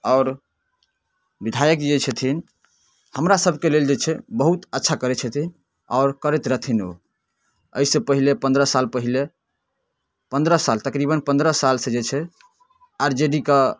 आओर विधायकजी जे छथिन हमरासभके लेल जे छै बहुत अच्छा करै छथिन आओर करैत रहथिन ओ एहिसँ पहिले पनरह साल पहिले पनरह साल तकरीबन पनरह सालसँ जे छै आर जे डी के